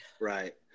right